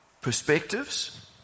perspectives